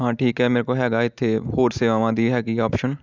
ਹਾਂ ਠੀਕ ਹੈ ਮੇਰੇ ਕੋਲ ਹੈਗਾ ਇੱਥੇ ਹੋਰ ਸੇਵਾਵਾਂ ਦੀ ਹੈਗੀ ਆਪਸ਼ਨ